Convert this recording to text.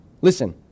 listen